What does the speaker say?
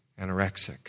anorexic